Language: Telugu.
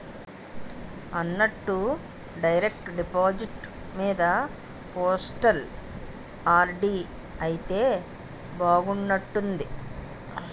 అన్నట్టు డైరెక్టు డిపాజిట్టు మీద పోస్టల్ ఆర్.డి అయితే బాగున్నట్టుంది